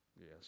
Yes